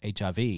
HIV